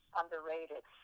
underrated